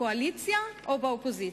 בקואליציה או באופוזיציה.